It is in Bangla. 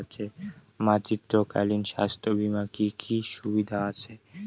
মাতৃত্বকালীন স্বাস্থ্য বীমার কি কি সুবিধে আছে?